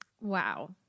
Wow